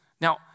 Now